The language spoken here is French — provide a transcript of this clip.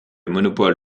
monopole